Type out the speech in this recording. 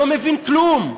לא מבין כלום,